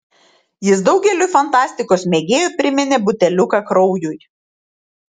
jis daugeliui fantastikos mėgėjų priminė buteliuką kraujui